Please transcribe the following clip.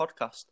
Podcast